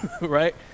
right